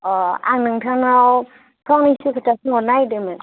अ आं नोंथांनाव फंनैसो खोथा सोंहरनो नागिरदोंमोन